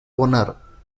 bonner